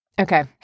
Okay